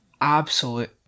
absolute